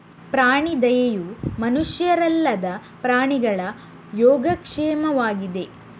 ಪ್ರಾಣಿ ದಯೆಯು ಮನುಷ್ಯರಲ್ಲದ ಪ್ರಾಣಿಗಳ ಯೋಗಕ್ಷೇಮವಾಗಿದೆ